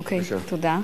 אוקיי, תודה.